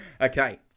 Okay